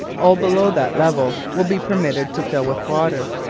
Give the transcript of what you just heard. all below that level will be permitted to fill with water,